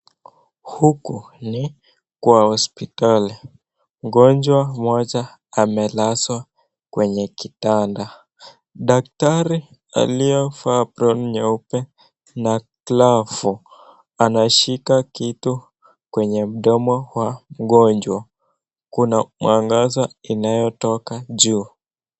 Huku ni kwa hospitali mgonjwa mmoja amelazwa kwenye kitanda. Daktari aliyevaa aproni nyeupe na glavu anashika kitu kwenye mdomo wa mgonjwa, kuna mwangaza inayotoka juu.